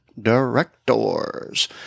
directors